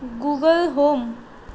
Google home